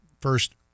first